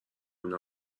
اینو